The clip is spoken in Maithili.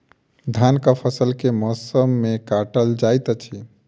धानक फसल केँ मौसम मे काटल जाइत अछि?